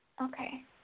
Okay